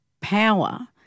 power